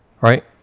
right